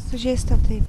sužeista taip